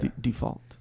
Default